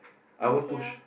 I won't push